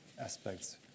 aspects